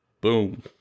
boom